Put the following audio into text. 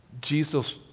Jesus